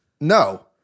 No